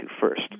first